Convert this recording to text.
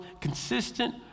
consistent